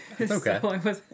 Okay